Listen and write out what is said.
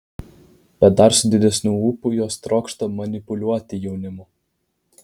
bet dar su didesniu ūpu jos trokšta manipuliuoti jaunimu